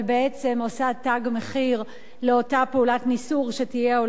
אבל בעצם עושה "תג מחיר" לאותה פעולת ניסור שתהיה או